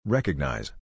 Recognize